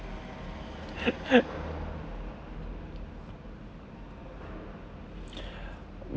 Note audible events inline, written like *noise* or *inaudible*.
*laughs*